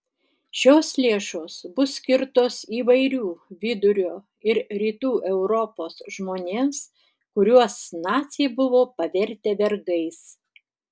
šios lėšos bus skirtos įvairių vidurio ir rytų europos žmonėms kuriuos naciai buvo pavertę vergais